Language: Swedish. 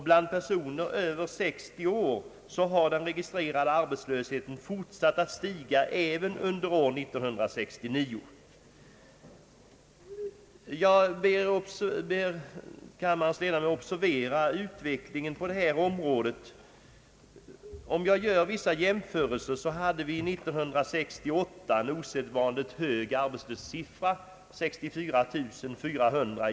Bland personer över 60 år har den registrerade arbetslösheten fortsatt att stiga även under år 1969. Jag ber kammarens ledamöter observera utvecklingen på det här området. Vi hade i januari 1968 en osedvanligt hög arbetslöshetssiffra, 64 400.